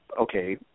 okay